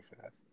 fast